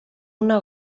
una